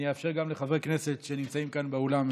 אני אאפשר גם לחברי כנסת שנמצאים כאן באולם,